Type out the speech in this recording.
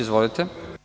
Izvolite.